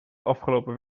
afgelopen